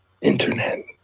internet